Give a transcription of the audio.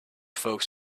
folks